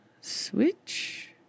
switch